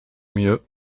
mieux